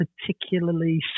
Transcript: particularly